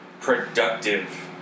productive